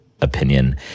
opinion